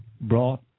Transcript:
brought